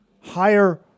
higher